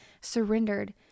surrendered